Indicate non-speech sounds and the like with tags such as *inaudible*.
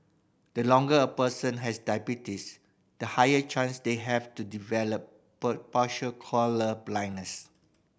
the longer a person has diabetes the higher chance they have of to develop *unintelligible* partial colour blindness